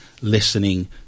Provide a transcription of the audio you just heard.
listening